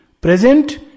present